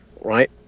Right